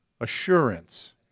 assurance